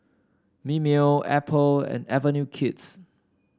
Mimeo Apple and Avenue Kids